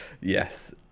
Yes